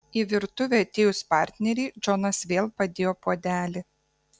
į virtuvę atėjus partnerei džonas vėl padėjo puodelį